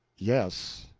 yes,